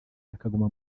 akaguma